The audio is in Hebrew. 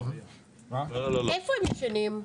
איפה הם ישנים?